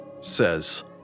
says